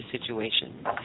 situation